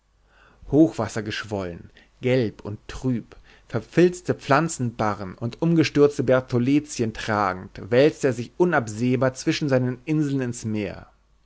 hochwassergeschwollen gelb und trüb verfilzte pflanzenbarren und umgestürzte bertholletien tragend wälzte er sich unabsehbar zwischen seinen inseln ins meer